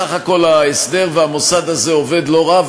בסך הכול ההסדר והמוסד הזה עובדים לא רע.